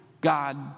God